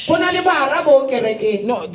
no